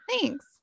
Thanks